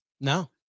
No